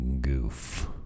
goof